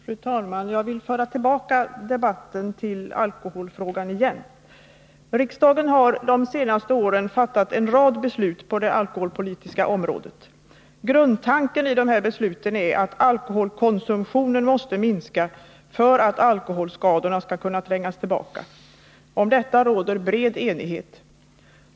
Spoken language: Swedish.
Fru talman! Jag vill föra tillbaka debatten till alkoholfrågan. Riksdagen har de senaste åren fattat en rad beslut på det alkoholpolitiska området. Grundtanken i besluten är att alkoholkonsumtionen måste minska för att alkoholskadorna skall kunna trängas tillbaka. Om detta råder bred enighet.